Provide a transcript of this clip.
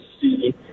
see